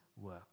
work